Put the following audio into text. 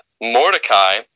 Mordecai